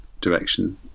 direction